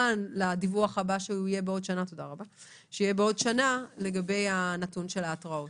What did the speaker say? וכמובן לדיווח הבאה שיהיה בעוד שנה לגבי הנתון של ההתראות.